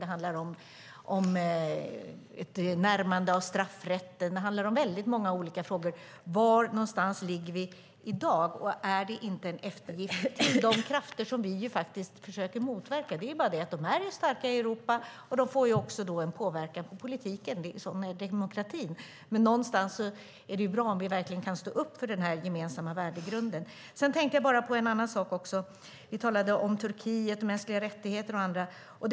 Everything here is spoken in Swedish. Det handlar om ett närmande av straffrätten. Det handlar om väldigt många olika frågor. Var någonstans ligger vi i dag, och är det inte en eftergift till de krafter som vi faktiskt försöker motverka? Det är bara det att de är starka i Europa och de får då också en påverkan på politiken. Det är så med demokratin. Men någonstans är det ju bra om vi verkligen kan stå upp för den gemensamma värdegrunden. Sedan tänkte jag på en annan sak också. Vi talade om Turkiet, om mänskliga rättigheter och annat.